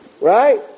right